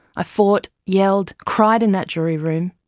i fought, yelled, cried in that jury room.